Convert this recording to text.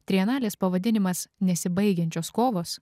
trienalės pavadinimas nesibaigiančios kovos